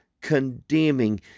condemning